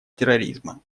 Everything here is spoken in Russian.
терроризма